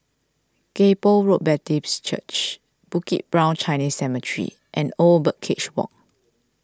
Kay Poh Road Baptist Church Bukit Brown Chinese Cemetery and Old Birdcage Walk